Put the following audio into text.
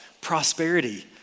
prosperity